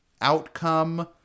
outcome